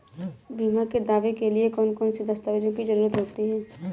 बीमा के दावे के लिए कौन कौन सी दस्तावेजों की जरूरत होती है?